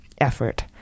effort